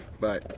Bye